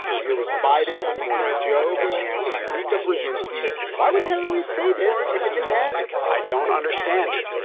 but here was biden on morning joe being asked by mika brzezinski. why would tell reid say this if it didn't happen? i don't understand it,